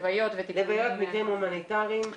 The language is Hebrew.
הלוויות ומקרים הומניטריים.